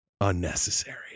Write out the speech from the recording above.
unnecessary